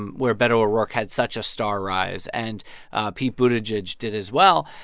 um where beto o'rourke had such a star rise. and pete buttigieg did, as well.